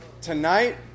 tonight